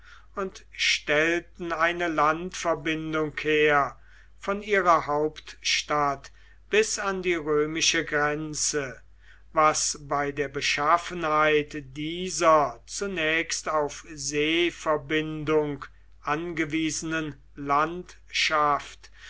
und stellten eine landverbindung her von ihrer hauptstadt bis an die römische grenze was bei der beschaffenheit dieser zunächst auf seeverbindung angewiesenen landschaft